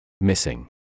Missing